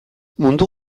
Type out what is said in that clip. mundu